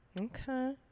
okay